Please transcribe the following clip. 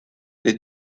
des